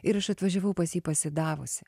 ir aš atvažiavau pas jį pasidavusi